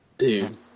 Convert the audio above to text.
Dude